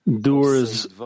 doers